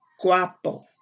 guapo